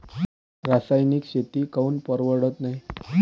रासायनिक शेती काऊन परवडत नाई?